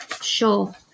Sure